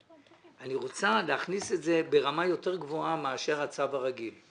אני רוצה להכניס את זה ברמה יותר גבוהה מאשר הצו הרגיל.